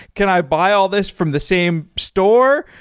can i buy all this from the same store?